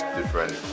different